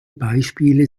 beispiele